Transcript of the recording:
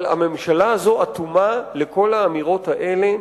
אבל הממשלה הזאת אטומה לכל האמירות האלה,